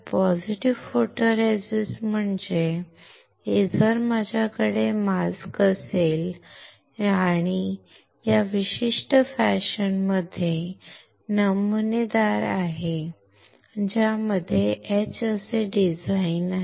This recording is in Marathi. पॉझिटिव्ह फोटोरेसिस्ट म्हणजे जर माझ्याकडे मास्क असेल जो या विशिष्ट फॅशनमध्ये नमुनेदार आहे ज्यामध्ये H असे डिझाइन आहे